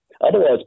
Otherwise